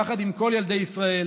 יחד עם כל ילדי ישראל,